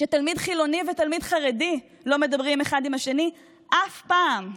כשתלמיד חילוני ותלמיד חרדי לא מדברים אחד עם השני אף פעם,